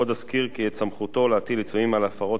עוד אזכיר כי את סמכותו להטיל עיצומים על ההפרות